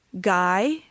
guy